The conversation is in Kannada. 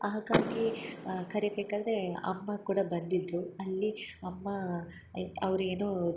ಹಾಗಾಗಿ ಕರಿಬೇಕಾದರೆ ಅಮ್ಮ ಕೂಡ ಬಂದಿದ್ದರು ಅಲ್ಲಿ ಅಮ್ಮ ಇತ್ತು ಅವ್ರು ಏನು